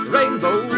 Rainbow